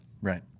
Right